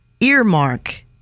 earmark